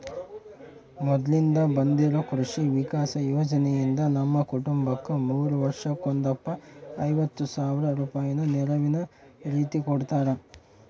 ಮೊದ್ಲಿಂದ ಬಂದಿರೊ ಕೃಷಿ ವಿಕಾಸ ಯೋಜನೆಯಿಂದ ನಮ್ಮ ಕುಟುಂಬಕ್ಕ ಮೂರು ವರ್ಷಕ್ಕೊಂದಪ್ಪ ಐವತ್ ಸಾವ್ರ ರೂಪಾಯಿನ ನೆರವಿನ ರೀತಿಕೊಡುತ್ತಾರ